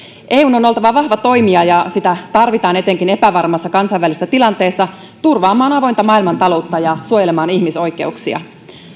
eun on oltava vahva toimija ja sitä tarvitaan etenkin epävarmassa kansainvälisessä tilanteessa turvaamaan avointa maailmantaloutta ja suojelemaan ihmisoikeuksia